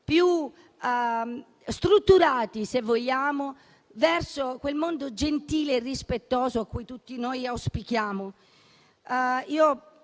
più strutturati verso quel mondo gentile e rispettoso a cui tutti noi auspichiamo. Mi